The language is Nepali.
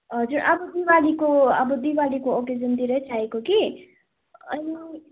हजुर अब दिवालीको अब दिवालीको ओकेजनतिरै चाहिएको कि अनि